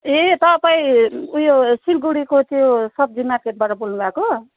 ए तपाईँ उयो सिलगडीको त्यो सब्जी मार्केटबाट बोल्नु भएको